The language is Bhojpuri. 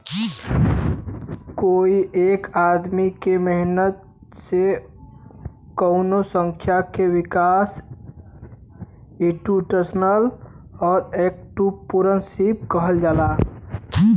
कोई एक आदमी क मेहनत से कउनो संस्था क विकास के इंस्टीटूशनल एंट्रेपर्नुरशिप कहल जाला